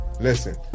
Listen